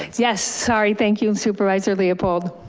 yes, sorry. thank you, supervisor leopold.